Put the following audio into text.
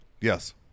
Yes